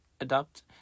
Adopt